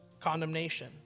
condemnation